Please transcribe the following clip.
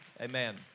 Amen